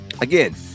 Again